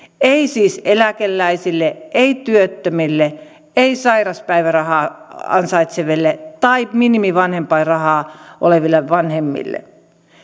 ei siis eläkeläisille ei työttömille ei sairauspäivärahaa ansaitseville tai minimivanhempainrahalla oleville vanhemmille